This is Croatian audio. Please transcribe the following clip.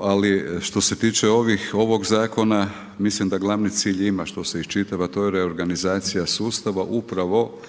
ali što se tiče ovog zakona mislim da glavni cilj ima što se iščitava, to je reorganizacija sustava. Upravo